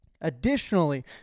Additionally